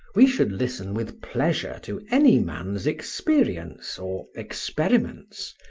we should listen with pleasure to any man's experience or experiments,